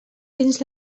dins